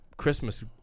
Christmas